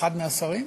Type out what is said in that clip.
אחד מהשרים?